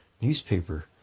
newspaper